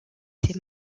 ses